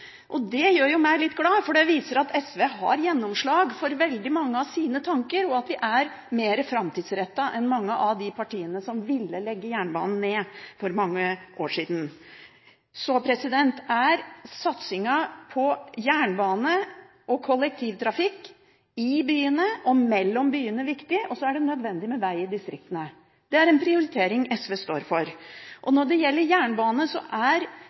viktig. Det gjør meg litt glad, for det viser at SV har gjennomslag for veldig mange av sine tanker, og at vi er mer framtidsrettet enn mange av de partiene som ville legge ned jernbanen for mange år siden. Satsingen på jernbane og kollektivtrafikk i og mellom byene er viktig. Og så er det nødvendig med veger i distriktene. Det er en prioritering SV står for. Når det gjelder jernbane, er